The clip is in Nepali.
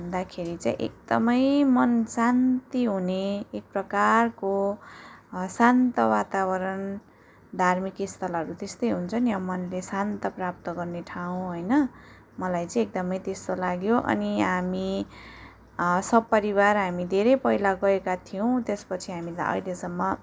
भन्दाखेरि चाहिँ एकदमै मन शान्ति हुने एक प्रकारको शान्त वातावरण धार्मिक स्थलहरू त्यस्तै हुन्छ नी अब मनले शान्त प्राप्त गर्ने ठाउँ होइन मलाई चाहिँ एकदमै त्यस्तो लाग्यो अनि हामी सपरिवार हामी धेरै पहिला गएका थियौँ त्यसपछि हामीलाई अहिलेसम्म